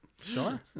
Sure